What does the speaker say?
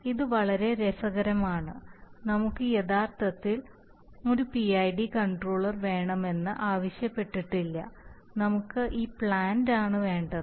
ഇത് വളരെ രസകരമാണ് നമുക്ക് യഥാർത്ഥത്തിൽ ഒരു PID കൺട്രോളർ വേണമെന്ന് ആവശ്യപ്പെട്ടിട്ടില്ല നമുക്ക് ഈ പ്ലാന്റ് ആണ് വേണ്ടത്